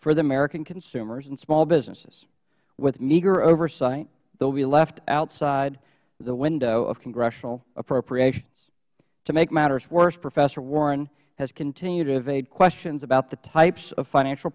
for the american consumers and small businesses with meager oversight they will be left outside the window of congressional appropriations to make matters worse professor warren has continued to evade questions about the types of financial